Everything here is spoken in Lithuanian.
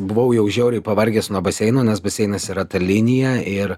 buvau jau žiauriai pavargęs nuo baseino nes baseinas yra ta linija ir